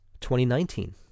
2019